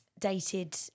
dated